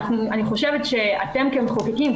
אני חושבת שאתם כמחוקקים,